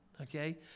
okay